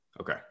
Okay